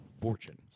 fortune